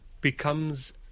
becomes